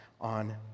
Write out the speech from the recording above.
on